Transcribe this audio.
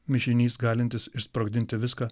mišinys galintis išsprogdinti viską